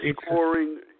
scoring